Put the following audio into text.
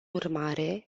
urmare